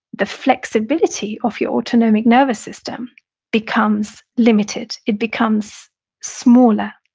the flexibility of your autonomic nervous system becomes limited, it becomes smaller.